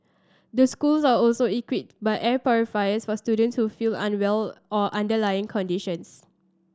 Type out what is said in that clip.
the schools are also equipped by air purifiers for students who feel unwell or underlying conditions